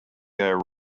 their